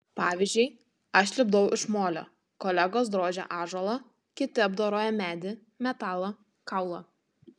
pavyzdžiui aš lipdau iš molio kolegos drožia ąžuolą kiti apdoroja medį metalą kaulą